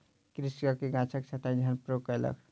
कृषक गाछक छंटाई ध्यानपूर्वक कयलक